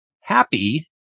happy